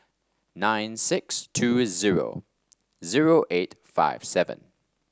nine six two zero zero eight five seven